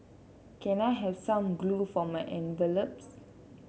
can I have some glue for my envelopes